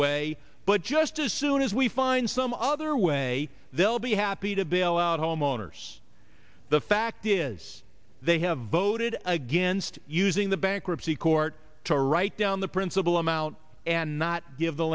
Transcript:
way but just as soon as we find some other way they'll be happy to bail out homeowners the fact is they have voted against using the bankruptcy court to write down the principal amount and not give the